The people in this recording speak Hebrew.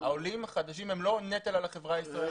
העולים החדשים הם לא נטל על החברה הישראלית,